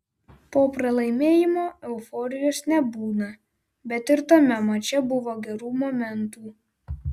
po pralaimėjimo euforijos nebūna bet ir tame mače buvo gerų momentų